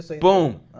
Boom